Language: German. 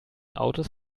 autos